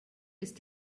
ist